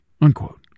Unquote